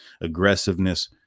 aggressiveness